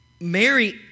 Mary